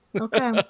Okay